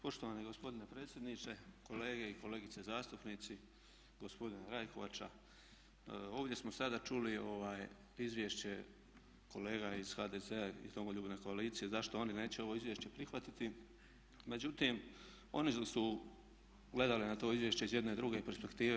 Poštovani gospodine predsjedniče, kolege i kolegice zastupnici, gospodine Rajkovača ovdje samo sada čuli izvješće kolega iz HDZ-a iz Domoljubne koalicije zašto oni neće ovo izvješće prihvatiti, međutim oni su gledali na to izvješće iz jedne druge perspektive.